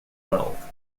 wealth